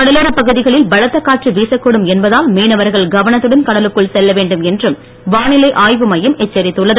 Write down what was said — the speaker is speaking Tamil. கடலோரப் பகுதிகளில் பலத்த காற்று வீசக் கூடும் என்பதால் மீனவர்கள் கவனத்துடன் கடலுக்குள் செல்ல வேண்டும் என்றும் வானிலை ஆய்வு மையம் எச்சரித்துள்ளது